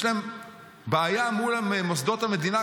יש להם בעיה מול מוסדות המדינה,